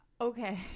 Okay